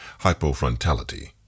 hypofrontality